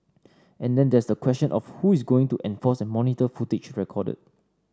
and then there's the question of who is going to enforce and monitor footage recorded